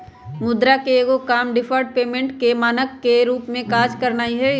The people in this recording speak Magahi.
मुद्रा के एगो काम डिफर्ड पेमेंट के मानक के रूप में काज करनाइ हइ